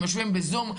הם יושבים בזום,